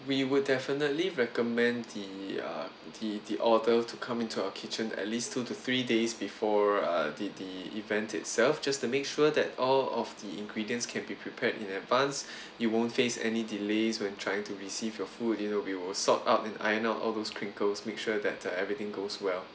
we would definitely recommend the uh the the order to come into our kitchen at least two to three days before uh the the event itself just to make sure that all of the ingredients can be prepared in advanced you won't face any delays when trying to receive your food you know we will sort out and iron out all those crinkles make sure that uh everything goes well